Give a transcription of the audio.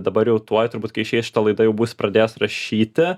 dabar jau tuoj turbūt kai išeis šita laida jau būsiu pradėjęs rašyti